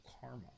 karma